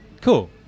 cool